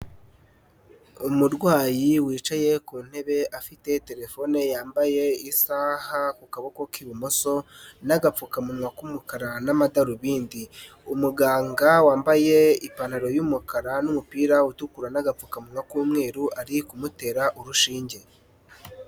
Umurwayi wicaye ku ntebe afite telefone yambaye isaha ku kaboko k'ibumoso, n'agapfukamunwa k'umukara n'amadarubindi. Umuganga wambaye ipantaro y'umukara n'umupira utukura n'agapfukamunwa k'umweru ari kumutera urushinge.